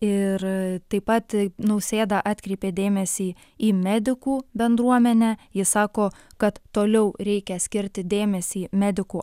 ir taip pat nausėda atkreipė dėmesį į medikų bendruomenę jis sako kad toliau reikia skirti dėmesį medikų